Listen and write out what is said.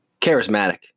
charismatic